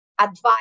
advice